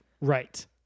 Right